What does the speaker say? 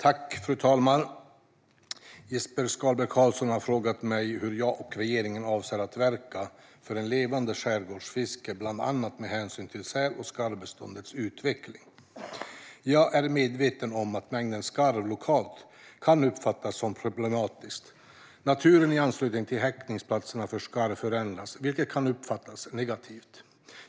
Fru talman! Jesper Skalberg Karlsson har frågat mig hur jag och regeringen avser att verka för ett levande skärgårdsfiske, bland annat med hänsyn till säl och skarvbeståndens utveckling. Jag är medveten om att mängden skarv lokalt kan uppfattas som problematisk. Naturen i anslutning till häckningsplatser för skarv förändras, vilket kan uppfattas som negativt.